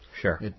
Sure